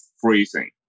freezing